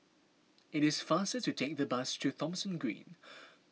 it is faster to take the bus to Thomson Green